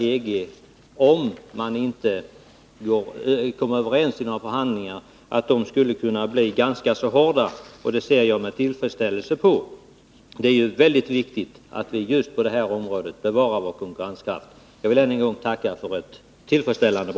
Enligt mångas mening bör det klaras ut att ersättningsmark kan erbjudas innan principbeslut fattas om åtgärden i fråga. Är regeringen beredd att i anslutning till kommande beslut om inrättande av naturreservat redovisa sin principiella syn på frågan om att lämplig ersättningsmark skall erbjudas de markägare som berörs av sådant intrång?